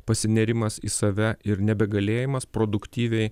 pasinėrimas į save ir nebegalėjimas produktyviai